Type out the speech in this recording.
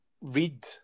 read